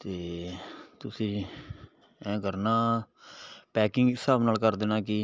ਅਤੇ ਤੁਸੀਂ ਐ ਕਰਨਾ ਪੈਕਿੰਗ ਇਸ ਹਿਸਾਬ ਨਾਲ ਕਰ ਦੇਣਾ ਕਿ